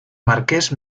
marqués